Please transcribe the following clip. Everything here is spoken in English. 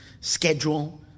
schedule